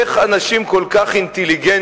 איך אנשים כל כך אינטליגנטים,